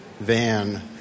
van